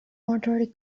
mortuary